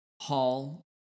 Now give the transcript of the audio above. hall